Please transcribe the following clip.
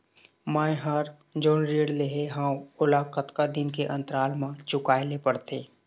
मैं हर जोन ऋण लेहे हाओ ओला कतका दिन के अंतराल मा चुकाए ले पड़ते?